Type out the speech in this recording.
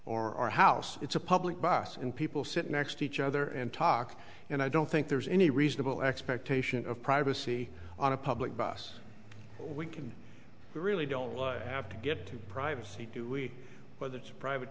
a house it's a public bus and people sit next to each other and talk and i don't think there's any reasonable expectation of privacy on a public bus we can we really don't have to get to privacy do we whether it's a private